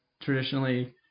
traditionally